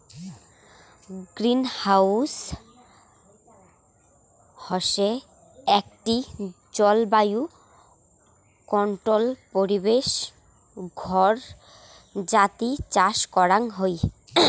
greenhouse হসে আকটি জলবায়ু কন্ট্রোল্ড পরিবেশ ঘর যাতি চাষ করাং হই